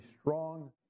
strong